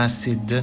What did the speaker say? Acid